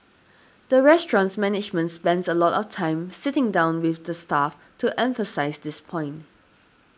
the restaurant's management spends a lot of time sitting down with the staff to emphasise this point